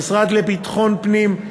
המשרד לביטחון פנים,